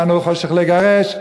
"באנו חושך לגרש".